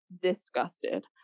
disgusted